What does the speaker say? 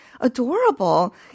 adorable